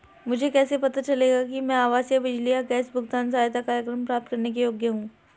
मुझे कैसे पता चलेगा कि मैं आवासीय बिजली या गैस भुगतान सहायता कार्यक्रम प्राप्त करने के योग्य हूँ?